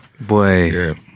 Boy